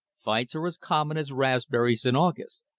fights are as common as raspberries in august.